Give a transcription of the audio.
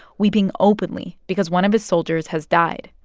weeping openly because one of his soldiers has died.